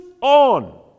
on